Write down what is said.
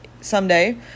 someday